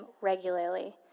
regularly